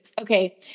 Okay